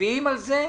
מצביעים על זה,